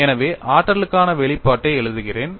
எனவே ஆற்றலுக்கான வெளிப்பாட்டை எழுதுகிறேன்